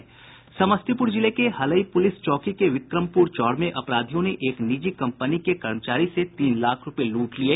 समस्तीपुर जिले के हलई पुलिस चौकी के विक्रमपुर चौर में अपराधियों ने एक निजी कंपनी के कर्मचारी से तीन लाख रुपये लूट लिये